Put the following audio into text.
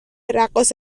رقاص